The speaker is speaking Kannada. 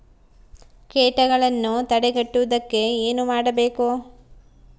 ಕೇಟಗಳನ್ನು ತಡೆಗಟ್ಟುವುದಕ್ಕೆ ಏನು ಮಾಡಬೇಕು?